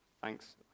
thanks